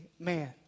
Amen